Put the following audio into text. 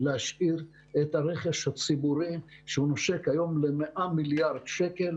להשאיר את הרכש הציבורי שנושק היום ל-100 מיליארד שקל,